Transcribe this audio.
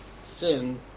sin